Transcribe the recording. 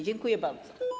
Dziękuję bardzo.